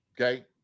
Okay